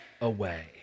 away